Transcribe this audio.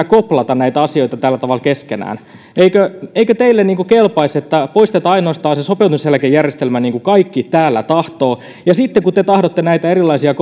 koplata näitä asioita tällä tavalla keskenään eikö eikö teille kelpaisi että poistetaan ainoastaan se sopeutumiseläkejärjestelmä niin kuin kaikki täällä tahtovat ja sitten kun te tahdotte näitä erilaisia